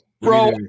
Bro